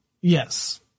Yes